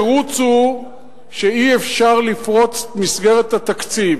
התירוץ הוא שאי-אפשר לפרוץ את מסגרת התקציב.